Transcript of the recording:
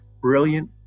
brilliant